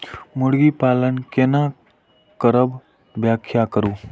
मुर्गी पालन केना करब व्याख्या करु?